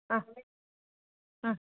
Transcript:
ಹಾಂ ಹಾಂ